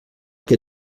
que